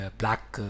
black